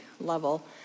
level